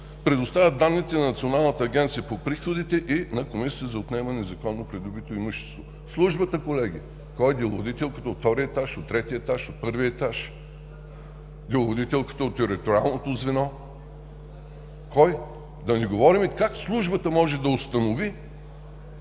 предоставя данните на Националната агенция по приходите и на Комисията за отнемане на незаконно придобито имущество. Службата, колеги – кой? Деловодителката от втория етаж, от третия етаж, от първия етаж? Деловодителката от териториалното звено? Кой? Да не говорим как службата може да установи,